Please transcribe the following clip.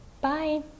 Bye